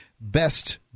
best